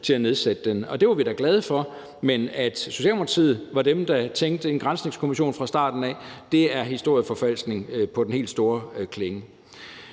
til at nedsætte den. Og det var vi da glade for. Men at Socialdemokratiet var dem, der tænkte på en granskningskommission fra starten af, er da historieforfalskning på den helt store klinge.